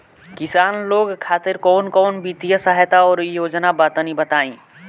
किसान लोग खातिर कवन कवन वित्तीय सहायता और योजना बा तनि बताई?